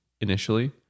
initially